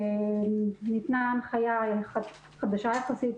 ניתנה הנחייה חדשה יחסית